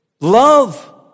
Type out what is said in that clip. Love